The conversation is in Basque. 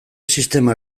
sistema